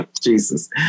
Jesus